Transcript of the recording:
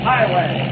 Highway